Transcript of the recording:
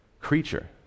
creature